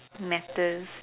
matters